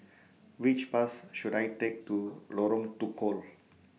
Which Bus should I Take to Lorong Tukol